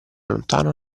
lontano